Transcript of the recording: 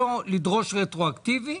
לא לדרוש רטרואקטיבי,